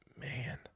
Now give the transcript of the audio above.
man